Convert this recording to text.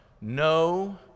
No